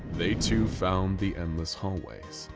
they too found the endless hallways.